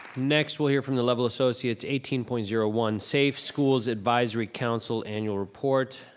next we'll here from the level associates eighteen point zero one, safe schools advisory councils annual report,